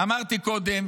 אמרתי קודם